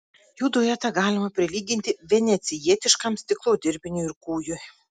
jų duetą galima prilyginti venecijietiškam stiklo dirbiniui ir kūjui